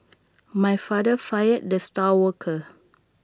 my father fired the star worker